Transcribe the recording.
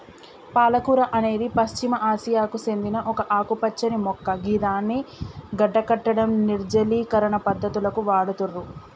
పాలకూర అనేది పశ్చిమ ఆసియాకు సేందిన ఒక ఆకుపచ్చని మొక్క గిదాన్ని గడ్డకట్టడం, నిర్జలీకరణ పద్ధతులకు వాడుతుర్రు